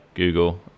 google